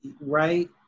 Right